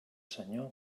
senyor